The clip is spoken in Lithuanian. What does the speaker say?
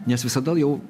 nes visada jau